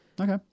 Okay